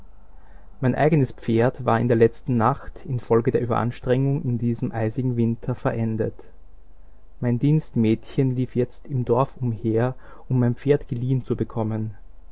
mein eigenes pferd war in der letzten nacht infolge der überanstrengung in diesem eisigen winter verendet mein dienstmädchen lief jetzt im dorf umher um ein pferd geliehen zu bekommen